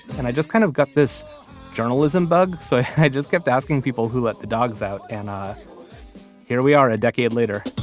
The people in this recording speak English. and i just kind of got this journalism bug. so i just kept asking people who let the dogs out? and here we are a decade later